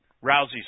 Rousey's